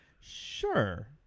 sure